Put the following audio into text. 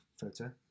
photo